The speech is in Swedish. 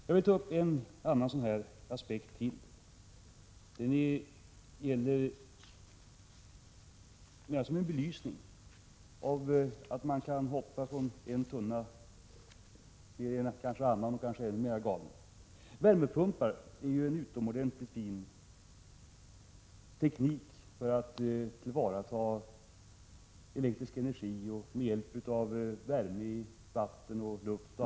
Jag vill ta upp en annan sådan här aspekt, mera som en belysning av att man kan hoppa från galen tunna ned i en annan och kanske ännu mera galen. Värmepumpen är ju en utomordentligt fin teknik för att med elektrisk energi tillvarata värmeinnehållet i vatten och luft.